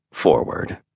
Forward